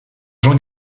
jean